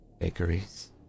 bakeries